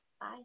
Bye